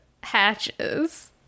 hatches